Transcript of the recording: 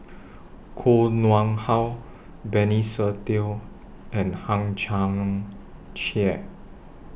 Koh Nguang How Benny Se Teo and Hang Chang Chieh